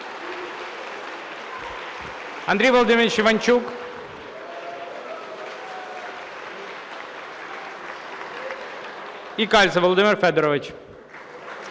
Андрій Володимирович Іванчук (Оплески) і Кальцев Володимир Федорович